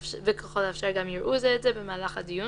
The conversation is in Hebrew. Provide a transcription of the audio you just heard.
וככל האפשר גם יראו זה את זה, במהלך הדיון,